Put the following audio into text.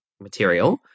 material